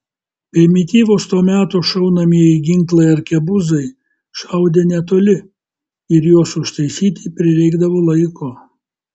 primityvūs to meto šaunamieji ginklai arkebuzai šaudė netoli ir juos užtaisyti prireikdavo laiko